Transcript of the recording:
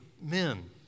men